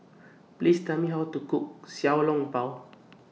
Please Tell Me How to Cook Xiao Long Bao